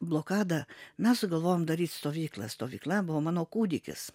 blokadą mes sugalvojom daryt stovyklą stovykla buvo mano kūdikis